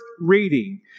reading